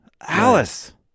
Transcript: Alice